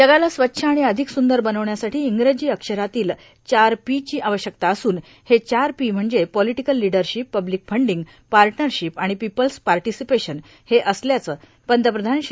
जगाला स्वच्छ आणि अधिक स्रंदर बनवण्यासाठी इंग्रजी अक्षरातील चार पी ची आवश्यकता असून हे चार पी म्हणजे political leadership public funding partnership आणि पिपल्स पार्टीसिपेशन हे असल्याचं पंतप्रधान श्री